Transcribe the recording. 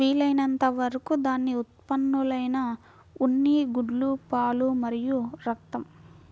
వీలైనంత వరకు దాని ఉత్పత్తులైన ఉన్ని, గుడ్లు, పాలు మరియు రక్తం